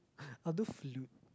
I'll do flute